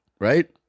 right